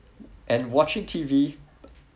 and watching T_V